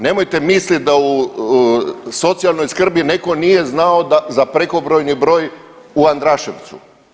Nemojte mislit da u socijalnoj skrbi netko nije znao za prekobrojni broj u Andraševcu.